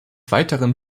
weiteren